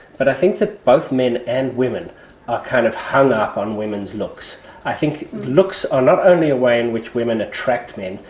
but i think that both men and women are kind of hung up on women's looks. i think looks are not only a way in which women attract men,